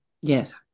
Yes